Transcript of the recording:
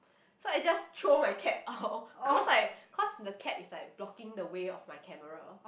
so I just throw my cap out cause like cause the cap is like blocking the way of my camera